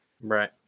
right